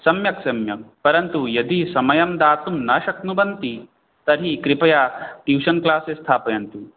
सम्यक् सम्यक् परन्तु यदि समयं दातुं न शक्नुवन्ति तर्हि कृपया ट्यूशन् क्लासेस् स्थापयन्तु